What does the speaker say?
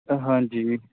ਹਾਂਜੀ